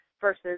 versus